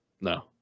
No